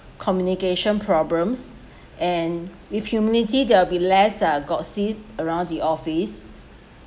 communication problems and with humility there'll be less uh gossip around the office